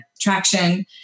traction